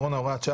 עובדת.